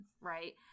right